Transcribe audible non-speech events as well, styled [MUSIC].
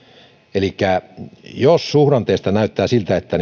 elikkä jos suhdanteessa näyttää siltä että [UNINTELLIGIBLE]